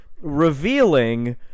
revealing